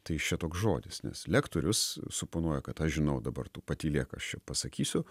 tai iš čia toks žodis nes lektorius suponuoja kad aš žinau dabar tu patylėk aš čia pasakysiu